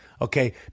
Okay